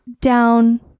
down